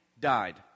died